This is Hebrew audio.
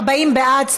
חוק גנים לאומיים,